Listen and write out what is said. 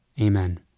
Amen